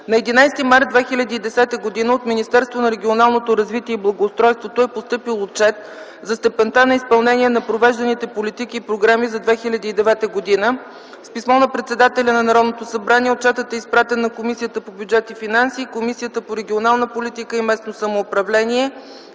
На 11 март 2010 г. от Министерството на регионалното развитие и благоустройството е постъпил Отчет за степента на изпълнение на провежданите политики и програми за 2009 г. С писмо на председателя на Народното събрание отчетът е изпратен на Комисията по бюджет и финанси и на Комисията по регионална политика и местно самоуправление.